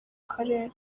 karere